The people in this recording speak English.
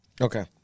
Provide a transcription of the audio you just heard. Okay